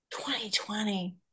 2020